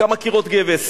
כמה קירות גבס.